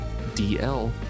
dl